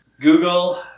Google